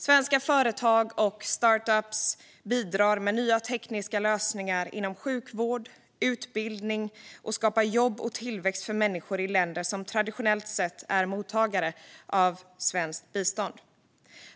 Svenska företag och "startuper" bidrar med nya tekniska lösningar inom sjukvård och utbildning och skapar jobb och tillväxt för människor i länder som traditionellt sett är mottagare av svenskt bistånd.